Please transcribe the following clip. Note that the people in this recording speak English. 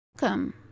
Welcome